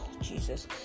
Jesus